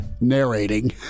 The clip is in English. narrating